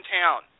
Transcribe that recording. town